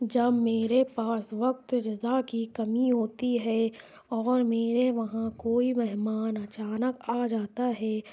جب میرے پاس وقت جزا کی کمی ہوتی ہے اور میرے وہاں کوئی مہمان اچانک آ جاتا ہے